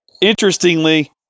Interestingly